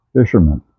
fisherman